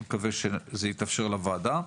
אני מקווה שזה יתאפשר לוועדה.